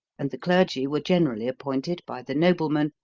and the clergy were generally appointed by the noblemen,